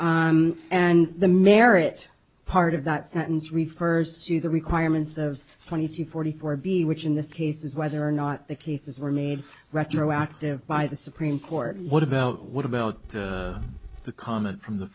oration and the merit part of that sentence refers to the requirements of twenty two forty four b which in this case is whether or not the cases were made retroactive by the supreme court what about what about the comment from the